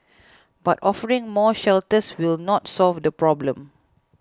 but offering more shelters will not solve the problem